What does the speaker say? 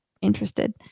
interested